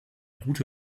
gute